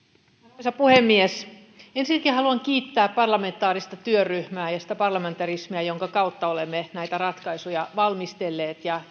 arvoisa puhemies ensinnäkin haluan kiittää parlamentaarista työryhmää ja sitä parlamentarismia jonka kautta olemme näitä ratkaisuja valmistelleet ja